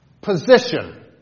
position